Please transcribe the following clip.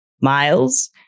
Miles